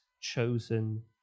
chosen